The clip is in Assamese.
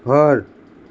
ঘৰ